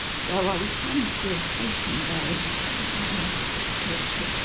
so i was planning to do a facing there and just cut out another curved strip,